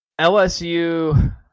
LSU